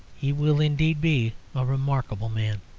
he will indeed be a remarkable man.